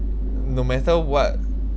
no matter what